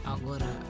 Agora